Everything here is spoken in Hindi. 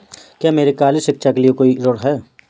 क्या मेरे कॉलेज शिक्षा के लिए कोई ऋण है?